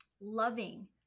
loving